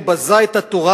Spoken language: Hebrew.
וביזה את התורה,